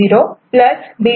C0 B'